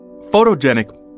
Photogenic